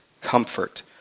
comfort